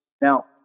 Now